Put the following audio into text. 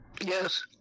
yes